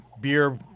beer